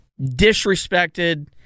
disrespected